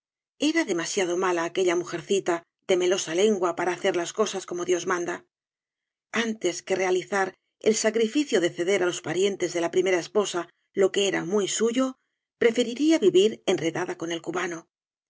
era demasiado mala aquella mujarcita de melosa lengua para hacer las cosas como dios manda antes que realizar el sacrificio de ceder á los parientes de la primera esposa lo que era muy suyo preferiría vivir enredada con el cubano